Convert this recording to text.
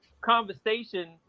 conversation